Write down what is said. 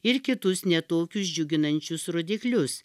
ir kitus ne tokius džiuginančius rodiklius